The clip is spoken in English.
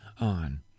on